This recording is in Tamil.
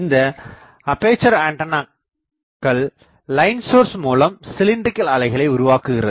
இந்த அப்பேசர் ஆண்டனாக்கள் லைன் சோர்ஸ் மூலம் சிலின்றிகள் அலைகளை உருவாக்குக்கிறது